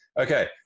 Okay